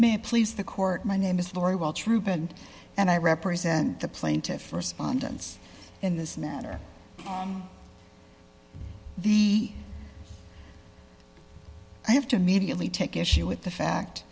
it please the court my name is very well troop and and i represent the plaintiffs respondents in this matter the i have to immediately take issue with the fact